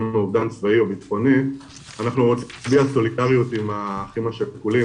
מאובדן צבאי או בטחוני אנחנו רוצים להביע סולידריות עם האחים השכולים,